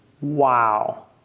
Wow